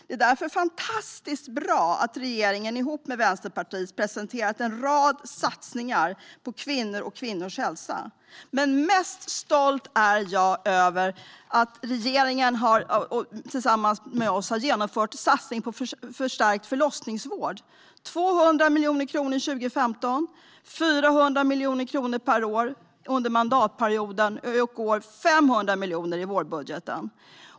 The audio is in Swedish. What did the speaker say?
Det är därför fantastiskt bra att regeringen ihop med Vänsterpartiet har presenterat en rad satsningar på kvinnor och kvinnors hälsa. Men allra stoltast är jag över att regeringen tillsammans med oss har genomfört en satsning på förstärkt förlossningsvård om 200 miljoner kronor 2015 och därefter 400 miljoner kronor per år under mandatperioden samt 500 miljoner i vårbudgeten.